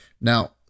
Now